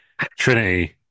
Trinity